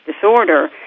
disorder